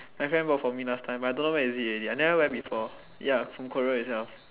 my friend bought for me last time but I don't know where is it already I never wear before ya from Korea itself